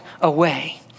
away